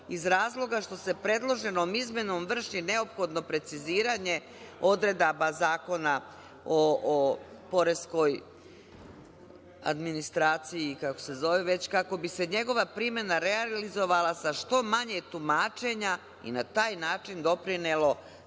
iz razloga što se predloženom izmenom vrši neophodno preciziranje odredaba Zakona o poreskoj administraciji, već kako bi se njegova primena realizovala sa što manje tumačenja i na taj način doprinelo